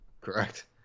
correct